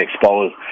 exposed